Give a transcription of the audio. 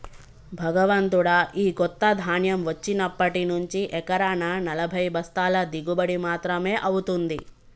భగవంతుడా, ఈ కొత్త ధాన్యం వచ్చినప్పటి నుంచి ఎకరానా నలభై బస్తాల దిగుబడి మాత్రమే అవుతుంది